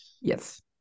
yes